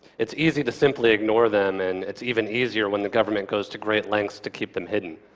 it's easy to simply ignore them and it's even easier when the government goes to great lengths to keep them hidden.